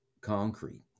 concrete